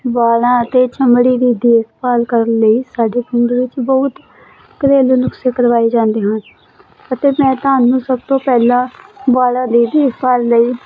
ਵਾਲਾਂ ਅਤੇ ਚਮੜੀ ਦੀ ਦੇਖਭਾਲ ਕਰਨ ਲਈ ਸਾਡੇ ਪਿੰਡ ਵਿੱਚ ਬਹੁਤ ਘਰੇਲੂ ਨੁਸਖੇ ਕਰਵਾਏ ਜਾਂਦੇ ਹਨ ਅਤੇ ਮੈਂ ਤੁਹਾਨੂੰ ਸਭ ਤੋਂ ਪਹਿਲਾਂ ਵਾਲਾਂ ਦੇ ਦੇਖਭਾਲ ਦੇ ਲਈ